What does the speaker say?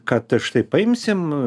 kad štai paimsim